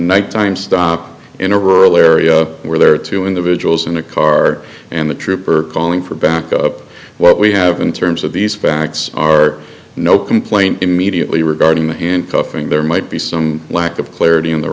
nighttime stop in a rural area where there are two individuals in a car and the trooper calling for backup what we have in terms of these facts are no complaint immediately regarding the handcuffing there might be some lack of clarity on the